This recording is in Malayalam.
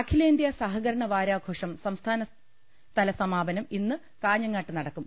അഖിലേന്ത്യാ സഹകരണ വാരാഘോഷം സംസ്ഥാനതല സമാപനം ഇന്ന് കാഞ്ഞങ്ങാട്ട് നടക്കും